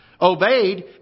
Obeyed